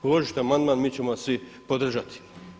Uložite amandman, mi ćemo vas svi podržati.